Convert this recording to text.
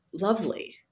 lovely